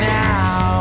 now